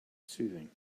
soothing